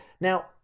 Now